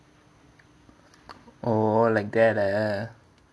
oh like that eh